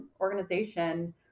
organization